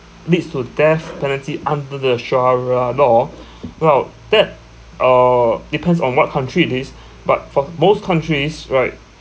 leads to death penalty under the sharia law about that uh depends on what country it is but for most countries like